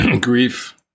grief